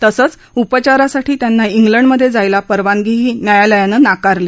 तसंच उपचारासाठी त्यांना खुंडमधे जायला परवानगीही न्यायालयानं नाकारली